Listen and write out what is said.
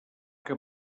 que